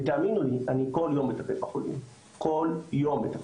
ותאמינו לי, אני כל יום מטפל בחולים, כל יום מטפל,